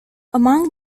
among